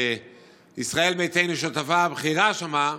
שישראל ביתנו שותפה בכירה שם.